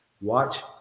Watch